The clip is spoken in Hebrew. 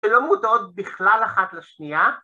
‫ולא מודעות בכלל אחת לשנייה.